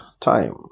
time